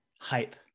hype